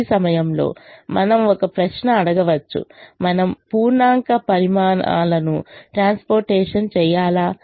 ఈ సమయం లో మనం ఒక ప్రశ్న అడగవచ్చు మనం పూర్ణాంక పరిమాణాలను ట్రాన్స్పోర్టేషన్ చేయాలా